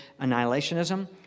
annihilationism